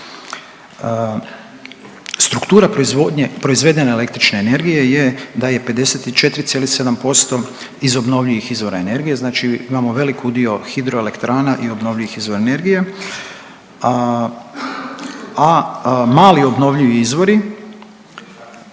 proizvedene električne energije je da je 54,7% iz obnovljivih izvora energije, znači imamo velik udio hidroelektrana i obnovljivih izvora energije, a mali obnovljivi izvori,